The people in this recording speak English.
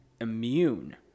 immune